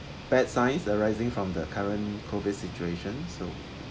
bad signs arising from the current COVID situation so